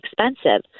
expensive